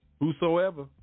whosoever